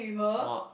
not